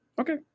Okay